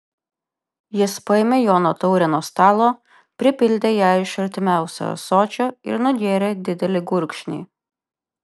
jis paėmė jono taurę nuo stalo pripildė ją iš artimiausio ąsočio ir nugėrė didelį gurkšnį